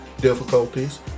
difficulties